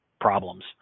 problems